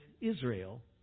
Israel